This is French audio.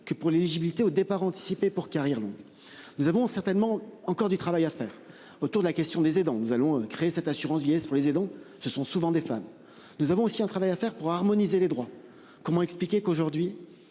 que pour l'éligibilité au départ anticipé pour carrière longue. Nous avons certainement encore du travail à faire. Autour de la question des aidants. Nous allons créer cette assurance vieillesse pour les aidants. Ce sont souvent des femmes. Nous avons aussi un travail à faire pour harmoniser les droits. Comment expliquer qu'aujourd'hui